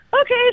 okay